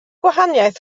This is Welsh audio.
gwahaniaeth